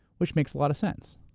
which makes a lot of sense.